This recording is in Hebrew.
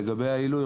לגבי העילוי,